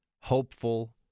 hopeful